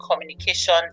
communication